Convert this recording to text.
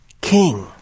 king